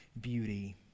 beauty